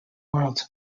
world